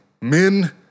men